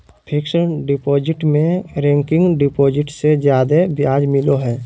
fixed deposit में recurring deposit से जादे ब्याज मिलो हय